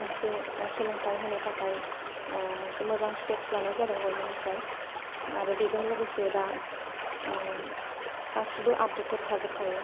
मोनसे सोलोंथाय होनो थाखाय मोनसे मोजां स्टेपस लानाय जादों गभर्नमेन्टनिफ्राय आरो बेजों लोगोसे दा गासिबो आपडेटेड थाजोबखायो